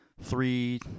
three